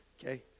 okay